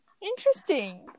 Interesting